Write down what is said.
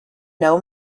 know